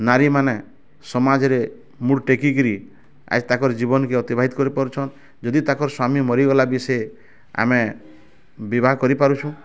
ନାରୀମାନେ ସମାଜରେ ମୁଣ୍ଡ୍ ଟେକିକିରି ଆଏଜ୍ ତାଙ୍କର୍ ଜୀବନ୍ କେ ଅତିବାହିତ କରିପାରୁଛନ୍ ଯଦି ତାଙ୍କର୍ ସ୍ୱାମୀ ମରିଗଲା ବି ସେ ଆମେ ବିବାହ କରିପାରୁଛୁଁ